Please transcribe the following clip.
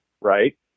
right